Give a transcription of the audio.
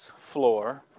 floor